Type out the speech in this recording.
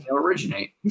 originate